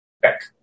Back